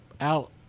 out